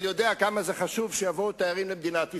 אבל הוא יודע כמה חשוב שיבואו תיירים למדינת ישראל.